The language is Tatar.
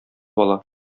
ала